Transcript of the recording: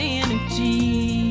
energy